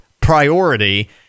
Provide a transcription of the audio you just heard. priority